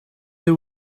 they